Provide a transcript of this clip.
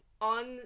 on